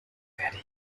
werde